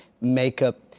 makeup